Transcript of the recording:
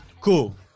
cool